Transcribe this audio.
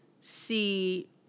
see